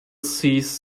sees